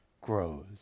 Grows